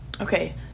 Okay